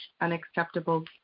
unacceptable